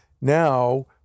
now